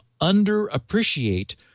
underappreciate